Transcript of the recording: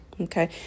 Okay